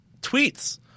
tweets